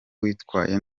witwaye